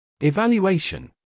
Evaluation